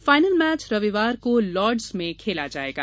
final match रविवार को Lord's में खेला जाएगा